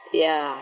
ya